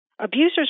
Abusers